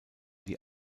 die